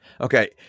okay